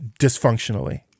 dysfunctionally